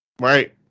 right